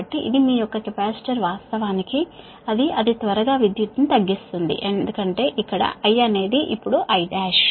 కాబట్టి ఇది మీ యొక్క కెపాసిటర్ వాస్తవానికి అది అతి త్వరగా విద్యుత్ ను తగ్గిస్తుంది ఎందుకంటే ఇక్కడ I అనేది ఇప్పుడు I1